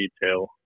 detail